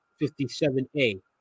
57a